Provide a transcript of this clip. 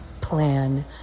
plan